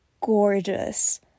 gorgeous